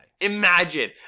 Imagine